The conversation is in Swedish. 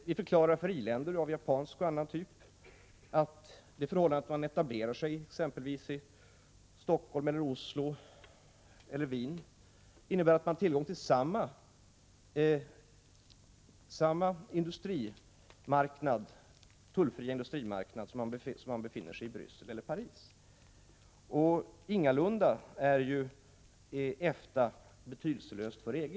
Vi förklarar för i-länder av japansk och annan typ att det förhållandet att man etablerar sig i Helsingfors, Oslo eller Wien innebär att man har tillgång till samma tullfria industrimarknad som om man skulle befinna sig i Brässel eller Paris. EFTA är ju ingalunda betydelselöst för EG.